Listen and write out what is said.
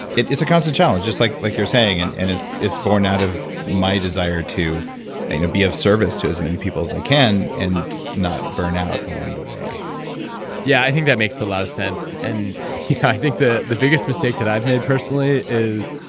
a constant challenge, just like like you're saying, and and it's it's born out of my desire to and you know be of service to as many people as i can, and not burn out along the way yeah, i think that makes a lot of sense. and i think the the biggest mistake that i've made personally is,